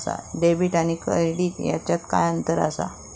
Debit आणि credit ह्याच्यात काय अंतर असा?